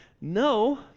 No